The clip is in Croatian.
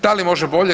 Da li može bolje?